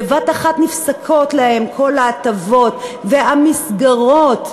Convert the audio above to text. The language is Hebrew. בבת-אחת נפסקות להם כל ההטבות, והמסגרות,